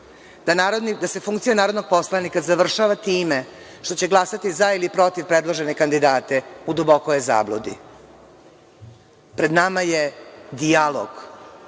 da se funkcija narodnog poslanika završava time što će glasati za ili protiv predloženih kandidata, u dubokoj je zabludi. Pred nama je dijalog